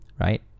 right